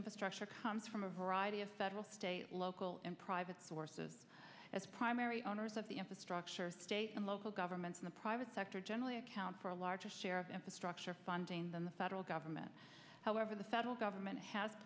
infrastructure comes from a variety of federal state local and private sources as primary owners of the infrastructure state and local governments in the private sector generally account for a larger share of infrastructure funding than the federal government however the federal government has